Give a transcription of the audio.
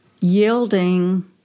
yielding